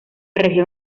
región